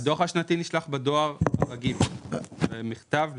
הדוח השנתי נשלח בדואר הרגיל, במכתב.